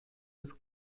des